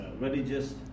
religious